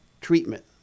treatment